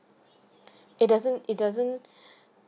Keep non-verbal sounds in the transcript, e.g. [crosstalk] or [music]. it doesn't it doesn't [breath]